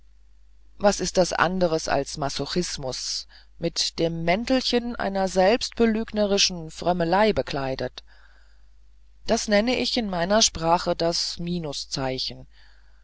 was ist das anderes als masochismus mit dem mäntelchen einer selbstbelügerischen frömmelei bekleidet das nenne ich in meiner sprache das minus zeichen